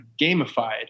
gamified